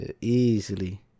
easily